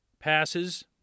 passes